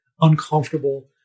uncomfortable